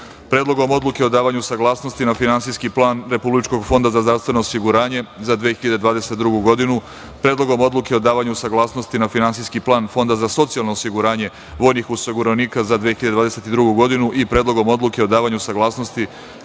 Predlogom odluke o davanju saglasnosti na Finansijski plan Republičkog fonda za zdravstveno osiguranje za 2022. godinu, Predlogom odluke o davanju saglasnosti na Finansijski plan Fonda za socijalno osiguranje vojnih osiguranika za 2022. godinu i Predlogom odluke o davanju saglasnosti